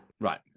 right